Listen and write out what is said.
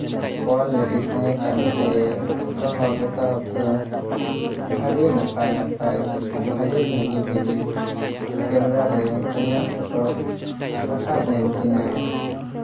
quality ᱛᱟᱦᱮᱸ ᱠᱟᱱᱛᱮ ᱮᱛᱚᱦᱚᱵ ᱮᱛᱚᱦᱚᱵ ᱫᱚ ᱟᱹᱰᱤ ᱱᱟᱯᱟᱭ ᱱᱟᱯᱟᱭ ᱟᱹᱰᱤ ᱵᱷᱟᱜᱮ ᱵᱷᱟᱜᱮ ᱠᱮᱢᱮᱨᱟ ᱨᱮ ᱤᱧᱟᱹᱜ ᱯᱷᱳᱴᱚ ᱨᱟᱠᱟᱵ ᱮᱱᱛᱤᱧᱟᱹ